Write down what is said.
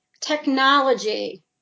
technology